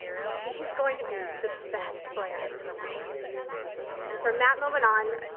she's going to be the best player in the world and from that moment on,